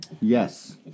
Yes